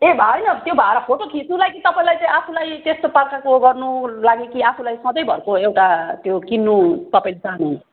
ए भए होइन त्यो भाडा फोटो खिच्नु लागि तपाईँलाई चाहिँ आफूलाई त्यस्तो प्रकारको गर्नुको लागि कि आफूलाई सधैँभरको त्यो किन्नु तपाईँले चाहनुहुन्छ